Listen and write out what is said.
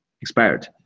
expired